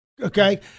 okay